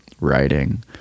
writing